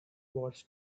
wars